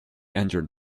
engine